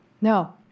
No